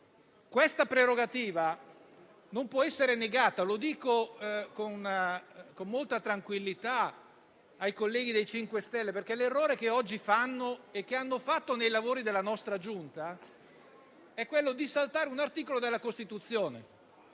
Questa prerogativa non può essere negata. Lo dico con molta tranquillità ai colleghi del MoVimento 5 Stelle, perché l'errore che oggi fanno e che hanno fatto nei lavori della nostra Giunta è quello di saltare un articolo della Costituzione.